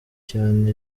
cyane